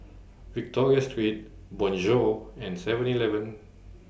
Victoria Secret Bonjour and Seven Eleven